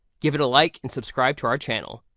give it a like and subscribe to our channel.